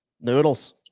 Noodles